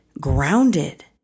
grounded